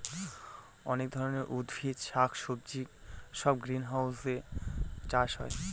অনেক রকমের উদ্ভিদ শাক সবজি সব গ্রিনহাউসে চাষ হয়